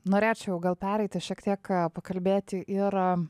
norėčiau gal pereiti šiek tiek pakalbėti ir